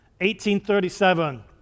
1837